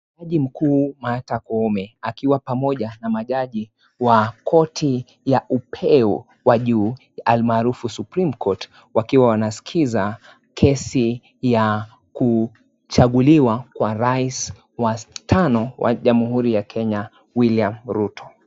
Jaji mkuu Martha Koome, akiwa pamoja na majaji wa koti ya upeo wajuu, almarufu Supreme Court wakiwa wanasikiza kesi ya kuchaguliwa kwa raise wa tano wa jamuhuri ya Kenya, William Ruto.